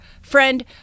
friend